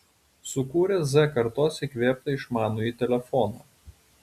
sukūrė z kartos įkvėptą išmanųjį telefoną